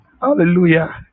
hallelujah